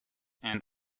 and